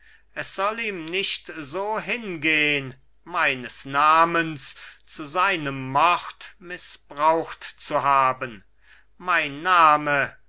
es soll ihm nicht so hingehn meines namens zu seinem mord mißbraucht zu haben mein name